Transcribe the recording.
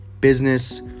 business